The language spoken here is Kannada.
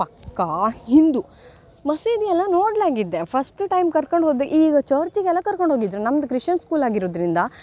ಪಕ್ಕಾ ಹಿಂದೂ ಮಸೀದಿಯೆಲ್ಲ ನೋಡಲಾಗಿದ್ದೆ ಫಸ್ಟು ಟೈಮ್ ಕರ್ಕಂಡು ಹೋದೆ ಈಗ ಚರ್ಚಿಗೆಲ್ಲ ಕರ್ಕೊಂಡು ಹೋಗಿದ್ದರು ನಮ್ದು ಕ್ರಿಶ್ಯನ್ ಸ್ಕೂಲ್ ಆಗಿರೋದ್ರಿಂದ